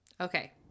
Okay